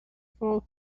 fall